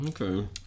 Okay